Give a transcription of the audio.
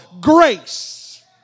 grace